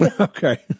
Okay